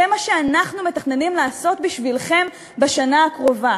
זה מה שאנחנו מתכננים לעשות בשבילכם בשנה הקרובה.